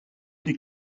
des